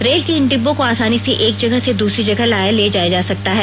rail के इन डिब्बों को आसानी से एक जगह से दूसरी जगह लाया ले जाया जा सकता है